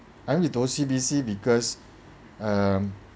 I owe it to O_C_B_C because um